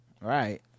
right